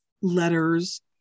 letters